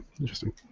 Interesting